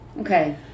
Okay